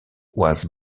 was